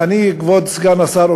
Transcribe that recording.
כבוד סגן השר,